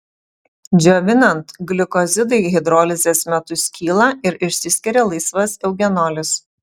džiovinant glikozidai hidrolizės metu skyla ir išsiskiria laisvas eugenolis